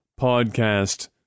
podcast